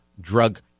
drug